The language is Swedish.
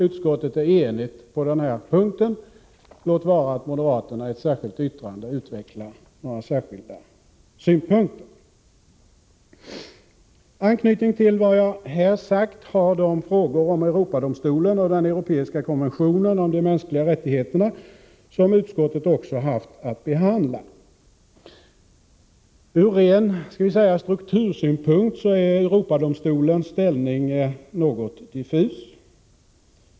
Utskottet är enigt på denna punkt — låt vara att moderaterna i ett särskilt yttrande utvecklar några särskilda synpunkter. Anknytning till vad jag här har sagt har de frågor om Europadomstolen och den europeiska konventionen om de mänskliga rättigheterna som utskottet också haft att behandla. Ur ren ”struktursynpunkt” är Europadomstolens ställning något diffus.